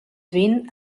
vint